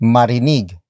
Marinig